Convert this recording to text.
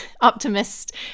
optimist